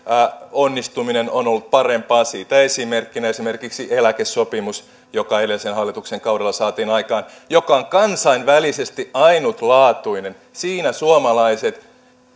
onnistuminen on ollut parempaa siitä esimerkkinä eläkesopimus joka edellisen hallituksen kaudella saatiin aikaan ja joka on kansainvälisesti ainutlaatuinen siinä suomalaiset